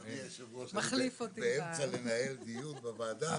אדוני היושב-ראש, אני באמצע ניהול דיון בוועדה.